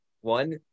one